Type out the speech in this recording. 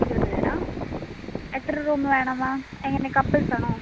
ഇരുപതുപേരാണോ എത്ര റൂം വേണം എന്നാണ് എങ്ങനെയാണ് കപ്പിൾസ് ആണോ